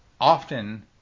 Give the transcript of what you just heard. often